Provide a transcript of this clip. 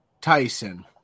Tyson